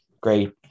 great